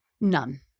None